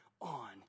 on